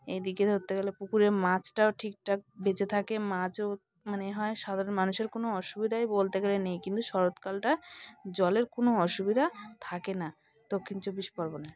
এইদিকে ধরতে গেলে পুকুরের মাছটাও ঠিকঠাক বেঁচে থাকে মাছও মানে হয় সাধারণ মানুষের কোনো অসুবিধাই বলতে গেলে নেই কিন্তু শরৎকালটা জলের কোনো অসুবিধা থাকে না দক্ষিণ চব্বিশ পরগনায়